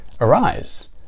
Arise